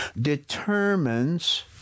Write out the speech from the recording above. determines